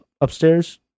upstairs